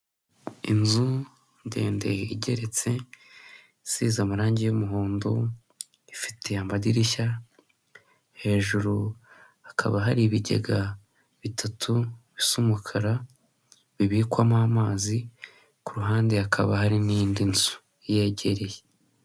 Inzu ndende igeretse isize amarangi y'umuhondo ifite amadirishya hejuru hakaba hari ibigega bitatu by'umukara bibikwamo amazi ku ruhande hakaba hari n'indi nzu iyegereye.